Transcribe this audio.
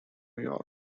york